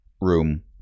room